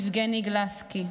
יבגני גלסקי,